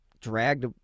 dragged